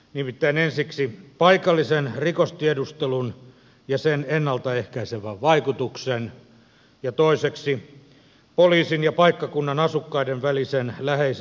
nimittäin ensiksi paikallisen rikostiedustelun ja sen ennalta ehkäisevän vaikutuksen ja toiseksi poliisin ja paikkakunnan asukkaiden välisen läheisen yhteistyön ja ystävyyden